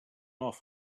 off